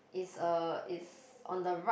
it's uh it's on the right